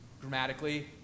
grammatically